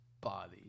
body